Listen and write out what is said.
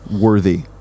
worthy